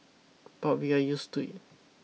but we are used to it